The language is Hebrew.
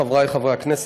חברי חברי הכנסת,